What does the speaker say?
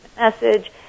message